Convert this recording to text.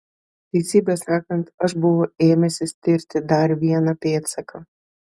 teisybę sakant aš buvau ėmęsis tirti dar vieną pėdsaką